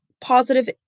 positive